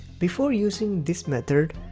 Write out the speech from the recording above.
before using this method,